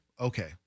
okay